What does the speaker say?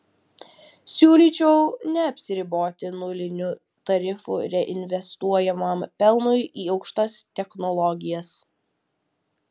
siūlyčiau neapsiriboti nuliniu tarifu reinvestuojamam pelnui į aukštas technologijas